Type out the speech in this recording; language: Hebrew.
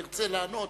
אם ירצה לענות